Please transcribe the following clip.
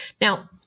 Now